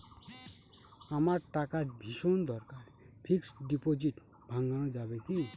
আমার টাকার ভীষণ দরকার ফিক্সট ডিপোজিট ভাঙ্গানো যাবে কি?